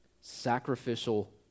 Sacrificial